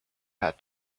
had